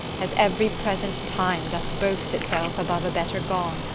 as every present time doth boast itself above a better gone,